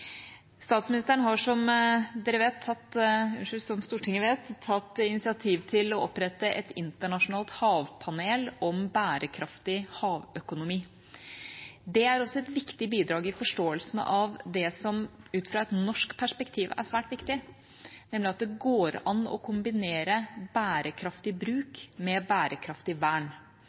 Statsministeren har, som Stortinget vet, tatt initiativ til å opprette et internasjonalt havpanel om bærekraftig havøkonomi. Det er også et viktig bidrag til forståelsen av det som ut fra et norsk perspektiv er svært viktig, nemlig at det går an å kombinere bærekraftig bruk med bærekraftig vern.